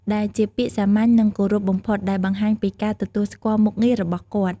ដែលជាពាក្យ សាមញ្ញ និង គោរពបំផុត ដែលបង្ហាញពីការទទួលស្គាល់មុខងាររបស់គាត់។